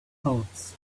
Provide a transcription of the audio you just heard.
thoughts